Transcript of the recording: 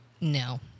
No